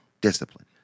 discipline